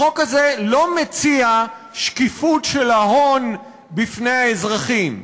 החוק הזה לא מציע שקיפות של ההון בפני האזרחים,